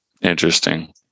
Interesting